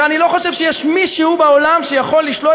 ואני לא חושב שיש מישהו בעולם שיכול לשלול